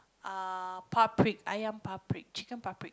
uh Ayam chicken